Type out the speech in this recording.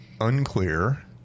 unclear